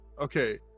Okay